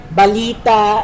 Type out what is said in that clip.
balita